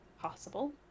possible